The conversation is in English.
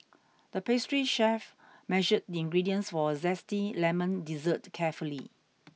the pastry chef measured the ingredients for a zesty lemon dessert carefully